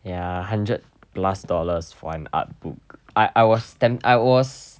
ya hundred plus dollars for an artbook I I was temp~ I was